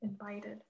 invited